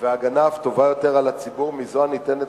והגנה אף טובה יותר על הציבור מזו הניתנת